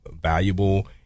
valuable